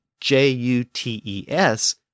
J-U-T-E-S